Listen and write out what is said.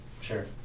sure